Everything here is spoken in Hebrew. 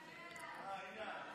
אהה, הינה את.